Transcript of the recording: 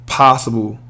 possible